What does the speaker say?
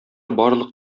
барлык